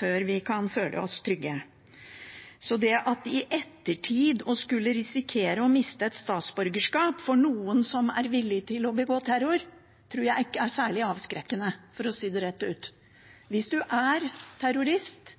før vi kan føle oss trygge. Så det å – i ettertid – skulle risikere å miste et statsborgerskap for noen som er villig til å begå terror, tror jeg ikke er særlig avskrekkende, for å si det rett ut. Hvis man er terrorist